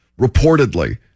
reportedly